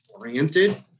oriented